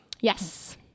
Yes